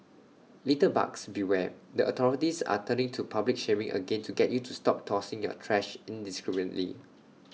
litterbugs beware the authorities are turning to public shaming again to get you to stop tossing your trash indiscriminately